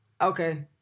Okay